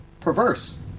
perverse